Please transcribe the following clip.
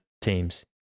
teams